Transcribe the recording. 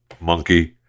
monkey